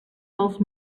dels